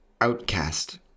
outcast